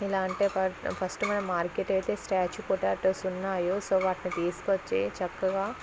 ఎలా అంటే ఫట్ ఫస్ట్ మేము మార్కెట్ అయితే స్టార్చ్ పొటాటోస్ ఉన్నాయో సో వాటిని తీసుకు వచ్చి చక్కగా